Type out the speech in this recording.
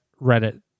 Reddit